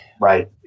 Right